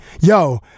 yo